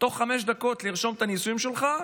תוך חמש דקות לרשום את הנישואים שלך,